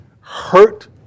hurt